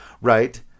right